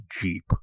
Jeep